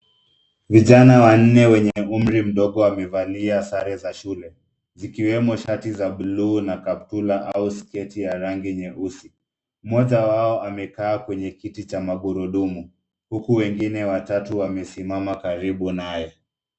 Vijana wanne wenye umri mdogo wamevalia sare za shule, zikiwemo shati za bluu na kaptura au sketi ya rangi nyeusi. Mmoja wao ameka kwenye kiti cha magurudumu, huku wengine watatu wamesimama karibu naye.